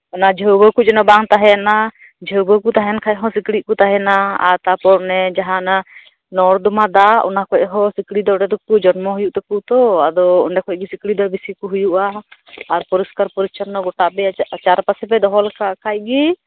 ᱚᱱᱟ ᱡᱷᱟᱹᱣᱟᱹ ᱠᱚ ᱡᱮᱱᱚ ᱵᱟᱝ ᱛᱟᱦᱮᱸᱱᱟ ᱡᱷᱟᱹᱣᱟᱹ ᱠᱚ ᱛᱟᱦᱮᱸᱱ ᱠᱷᱟᱡ ᱦᱚᱸ ᱥᱤᱠᱲᱤᱡ ᱠᱚ ᱛᱟᱦᱮᱸᱱᱟ ᱟᱨ ᱛᱟᱯᱚᱨ ᱚᱱᱮ ᱡᱟᱦᱟᱸ ᱚᱱᱟ ᱱᱚᱨᱫᱚᱢᱟ ᱫᱟᱜ ᱚᱱᱟ ᱠᱷᱚᱱ ᱦᱚᱸ ᱥᱤᱠᱲᱤᱡ ᱦᱚᱸ ᱚᱸᱰᱮ ᱫᱚᱠᱚ ᱡᱚᱱᱢᱚ ᱦᱩᱭᱩᱜ ᱛᱟᱠᱚᱣᱟ ᱛᱚ ᱟᱫᱚ ᱚᱸᱰᱮ ᱠᱷᱚᱡ ᱜᱮ ᱥᱤᱠᱲᱤᱡ ᱫᱚ ᱵᱤᱥᱤ ᱠᱚ ᱦᱩᱭᱩᱜᱼᱟ ᱟᱨ ᱯᱚᱨᱤᱥᱠᱟᱨ ᱯᱚᱨᱤᱪᱪᱷᱚᱱᱱᱚ ᱜᱚᱴᱟᱟᱯᱮᱭᱟᱜ ᱪᱟᱨᱯᱟᱥᱮ ᱯᱮ ᱫᱚᱦᱚ ᱞᱮᱠᱷᱟᱡ ᱜᱤ